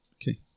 Okay